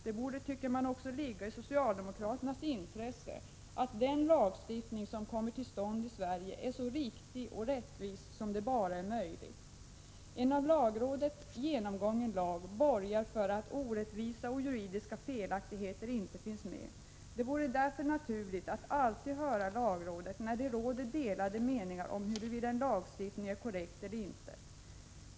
Det borde, tycker man, ligga också i socialdemokraternas intresse att den lagstiftning som kommer till stånd i Sverige är så riktig och rättvis som bara är möjligt. En av lagrådet genomgången lag borgar för att orättvisa och juridiska felaktigheter inte finns med. Det vore därför naturligt att alltid höra lagrådet när det råder delade meningar om huruvida en lagstiftning är korrekt eller inte.